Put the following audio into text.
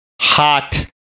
hot